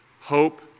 hope